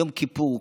יום כיפור,